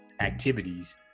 activities